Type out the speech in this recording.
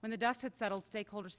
when the dust had settled stakeholders